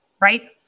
right